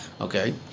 Okay